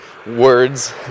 words